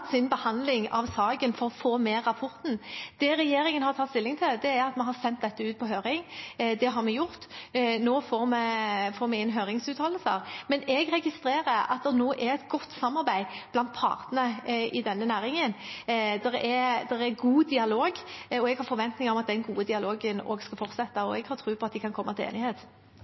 sin behandling av saken for å få med rapporten. Det regjeringen har tatt stilling til, er at vi har sendt dette ut på høring. Det har vi gjort. Nå får vi inn høringsuttalelser. Men jeg registrerer at det nå er et godt samarbeid blant partene i denne næringen. Det er en god dialog. Jeg har forventning om at den gode dialogen også skal fortsette, og jeg har tro på at de kan komme til enighet.